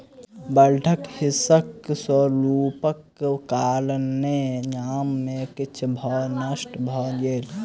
बड़दक हिंसक स्वरूपक कारणेँ गाम में किछ घर नष्ट भ गेल